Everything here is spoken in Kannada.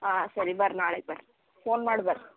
ಹಾಂ ಸರಿ ಬರ್ರಿ ನಾಳೆ ಬರ್ರಿ ಫೋನ್ ಮಾಡಿ ಬರ್ರಿ